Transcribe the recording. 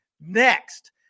Next